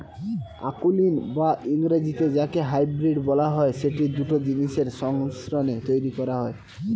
অকুলীন বা ইংরেজিতে যাকে হাইব্রিড বলা হয়, সেটি দুটো জিনিসের সংমিশ্রণে তৈরী করা হয়